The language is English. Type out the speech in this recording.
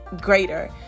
greater